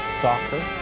soccer